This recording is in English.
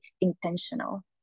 intentional